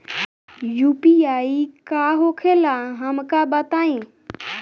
UPI का होखेला हमका बताई?